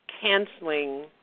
canceling